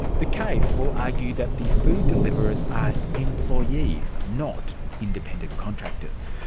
the case will argue that the food deliverers are employees, not independent contractors.